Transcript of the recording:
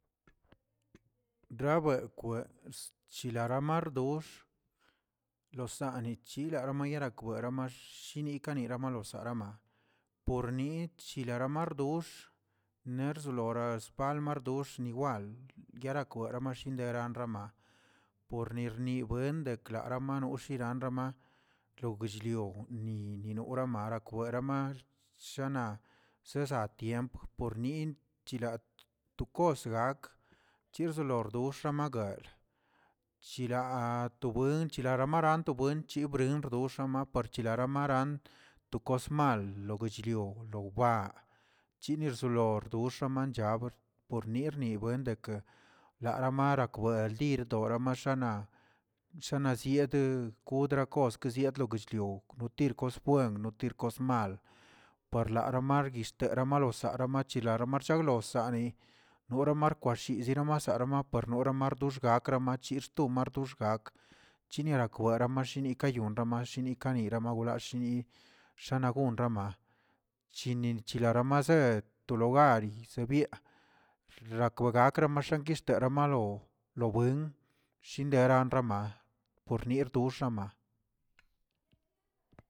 Rawekweꞌ chilara mardox, lo sani chilara yomerakwe llamax xshinikanilaꞌ nolosorama, por ni chilaramardox nerslora parmadox niwal yarakwe yaramashin renrama por nirnibuende klara marushi ranrama yogꞌll- lio nininorama werama shana seza tiempo pornin chilat to kosgak chizalodoxa magal chila to buen chilara maranto bwenche bren xdox maparche ralamaran to kos mal buechlio lowa chinisdolordo xamanchabr por nirnibuende lara mara kbildo aramashana, shianasiedə kodrakos esiet guchlio lotir kosbuen, lotir kosmal, parlara margui tere malosaraꞌ marchilar marchaglosani, nora markwashizira niramasa marpuerona axdograkama chixto madroxgakə chiniraakwera, mashini kayonrama, shini kanirama, kashini ranagonrama, shini nichilaramaset rogaris biaꞌ rlakrogakamaxꞌ enguixtera malo lo buen shindera rama por nier doxama.